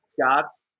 Scott's